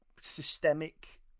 systemic